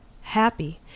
happy